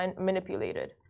manipulated